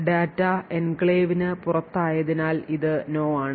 data എൻക്ലേവിന് പുറത്തായതിനാൽ ഇത് No ആണ്